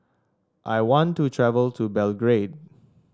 I want to travel to Belgrade